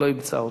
לא ימצא אותו.